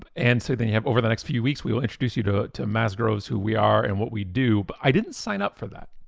ah and so then you have over the next few weeks we'll introduce you to to masgroves who we are and what we do, but i didn't sign up for that.